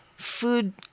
Food